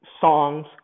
Songs